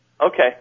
Okay